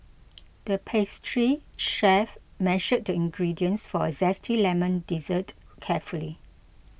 the pastry chef measured the ingredients for a Zesty Lemon Dessert carefully